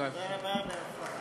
תודה רבה לך.